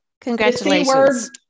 congratulations